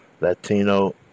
Latino